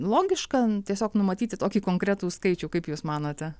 logiška tiesiog numatyti tokį konkretų skaičių kaip jūs manote